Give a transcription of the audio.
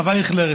הרב אייכלר,